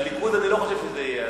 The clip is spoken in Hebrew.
לליכוד אני לא חושב שזה יהיה,